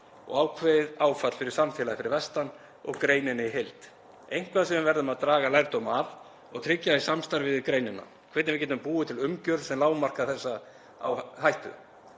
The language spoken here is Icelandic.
og ákveðið áfall fyrir samfélagið fyrir vestan og greinina í heild, eitthvað sem við verðum að draga lærdóm af og tryggja í samstarfi við greinina hvernig við getum búið til umgjörð sem lágmarkar þessa áhættu.